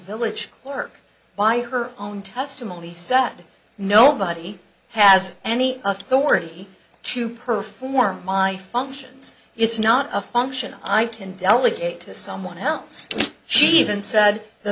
village work by her own testimony said nobody has any authority to perform my functions it's not a function i tend delegate to someone else she even said the